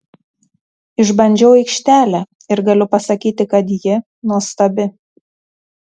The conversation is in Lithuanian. išbandžiau aikštelę ir galiu pasakyti kad ji nuostabi